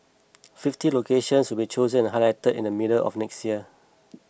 fifty locations will chosen and highlighted in the middle of next year